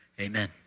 Amen